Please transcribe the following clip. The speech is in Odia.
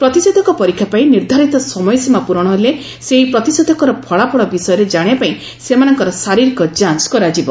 ପ୍ରତିଶେଧକ ପରୀକ୍ଷା ପାଇଁ ନିର୍ଦ୍ଧାରିତ ସମୟସୀମା ପୂରଣ ହେଲେ ସେହି ପ୍ରତିଶେଧକର ଫଳାଫଳ ବିଷୟରେ ଜାଣିବା ପାଇଁ ସେମାନଙ୍କର ଶାରୀରିକ ଯାଞ୍ଚ କରାଯିବ